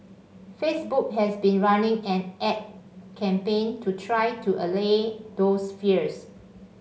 Facebook has been running an ad campaign to try to allay those fears